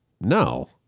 No